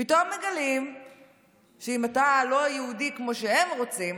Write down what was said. פתאום מגלים שאם אתה לא יהודי כמו שהם רוצים,